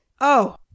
Oh